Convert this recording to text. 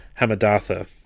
Hamadatha